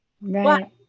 right